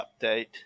update